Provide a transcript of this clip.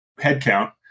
headcount